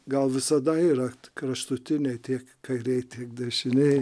gal visada yra kraštutiniai tiek kairėj tiek dešinėj